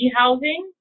housing